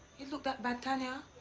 it look that bad, tanya?